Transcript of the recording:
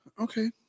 Okay